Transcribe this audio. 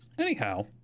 anyhow